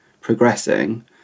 progressing